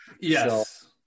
yes